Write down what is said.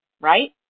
right